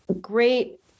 great